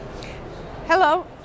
Hello